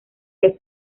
los